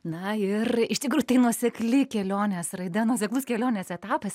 na ir iš tikrųjų tai nuosekli kelionės raida nuoseklus kelionės etapas